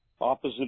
Opposite